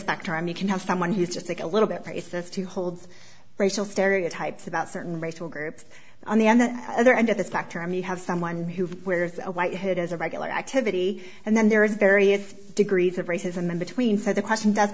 spectrum you can have someone who is just like a little bit racist who holds racial stereotypes about certain racial groups on the other end of the spectrum you have someone who wears a white hood as a regular activity and then there is various degrees of racism in between so the question